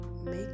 Make